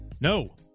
No